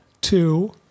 two